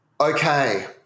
Okay